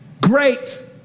Great